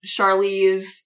Charlize